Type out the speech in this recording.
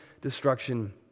Destruction